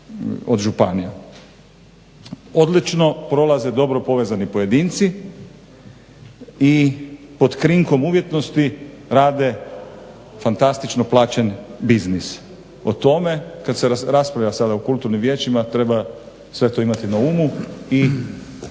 Odlično prolaze dobro povezani pojedinci i pod krinkom umjetnosti rade fantastično plaćen biznis. O tome kad se raspravlja sada u kulturnim vijećima treba sve to imati na umu i